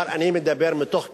אבל אני מדבר מתוך כאב,